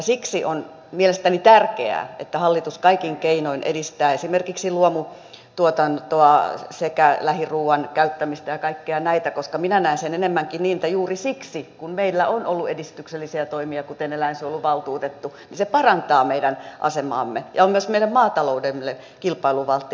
siksi on mielestäni tärkeää että hallitus kaikin keinoin edistää esimerkiksi luomutuotantoa sekä lähiruoan käyttämistä ja kaikkia näitä koska minä näen sen enemmänkin niin että juuri siksi kun meillä on ollut edistyksellisiä toimia kuten eläinsuojeluvaltuutettu se parantaa meidän asemaamme ja on myös meidän maataloudellemme kilpailuvaltti